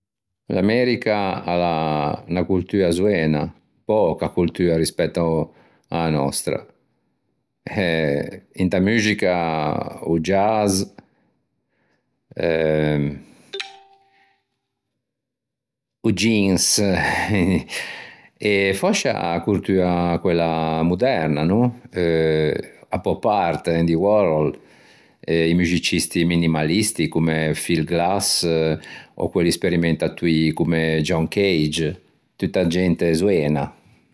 L'America a l'à unna coltua zoena, pöca coltua rispetto a-a nòstra. Eh, inta muxica o jazz ehm, o jeans e fòscia a coltua quella moderna no? A pop-art Andy Warhol e i muxicisti minimalisti comme Phil Glass e quelli sperimentatoî comme John Cage, tutta gente zoena.